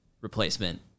replacement